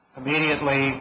immediately